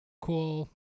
cool